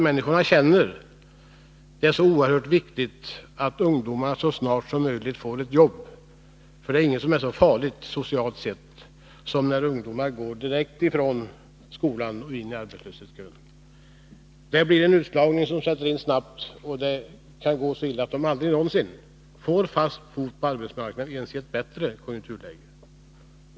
Människorna känner att det är oerhört viktigt att ungdomarna så snart som möjligt får jobb, för inget är så farligt socialt sett som när ungdomarna går direkt från skolan och in i arbetslöshetskön. Det blir en utslagning som sätter in snabbt. Och det kan gå så illa att de aldrig någonsin får ett fast jobb på arbetsmarknaden, inte ens i ett bättre konjunkturläge.